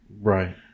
Right